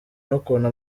n’ukuntu